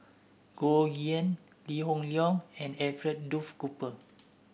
Goh Yihan Lee Hoon Leong and Alfred Duff Cooper